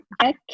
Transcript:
Okay